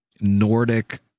Nordic